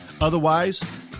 Otherwise